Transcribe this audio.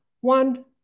One